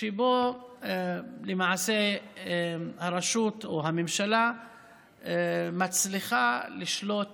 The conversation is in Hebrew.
שבו למעשה הרשות או הממשלה מצליחה לשלוט